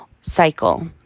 cycle